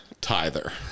tither